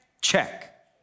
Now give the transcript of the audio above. check